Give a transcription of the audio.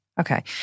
Okay